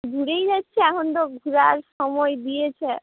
ঘুরেই যাচ্ছি এখন তো ঘোরার সময় দিয়েছে